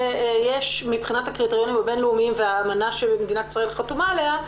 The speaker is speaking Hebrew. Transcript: שמבחינת הקריטריונים הבינלאומיים והאמנה שמדינת ישראל חתומה עליה,